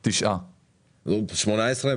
9. 2018?